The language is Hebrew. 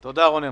תודה, רונן.